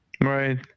Right